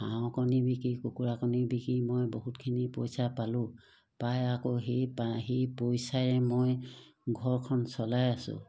হাঁহৰ কণী বিকি কুকুৰাৰ কণী বিকি মই বহুতখিনি পইচা পালোঁ পাই আকৌ সেই পা সেই পইচাৰে মই ঘৰখন চলাই আছোঁ